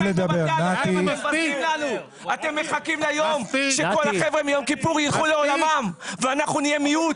אתם מחכים ליום שכל החבר'ה מיום כיפור יילכו לעולמם ואנחנו נהיה מיעוט.